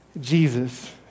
Jesus